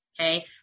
okay